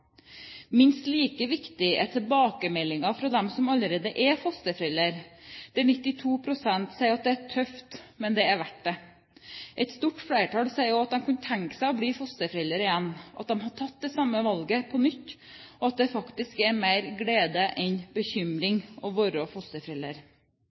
Minst like viktig er tilbakemeldingen fra dem som allerede er fosterforeldre, der 92 pst. sier at det er tøft, men det er verdt det. Et stort flertall sier også at de kunne tenke seg å bli fosterforeldre igjen, at de ville tatt det samme valget på nytt, og at det faktisk gir mer glede enn